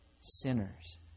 Sinners